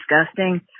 disgusting